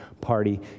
party